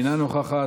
איננה נוכחת,